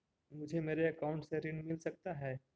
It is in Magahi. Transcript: मुझे मेरे अकाउंट से ऋण मिल सकता है?